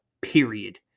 Period